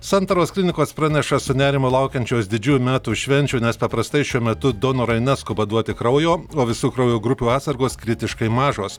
santaros klinikos praneša su nerimu laukiančios didžiųjų metų švenčių nes paprastai šiuo metu donorai neskuba duoti kraujo o visų kraujo grupių atsargos kritiškai mažos